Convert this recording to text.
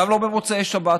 גם לא במוצאי שבת.